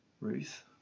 Ruth